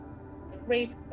rape